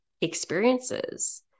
experiences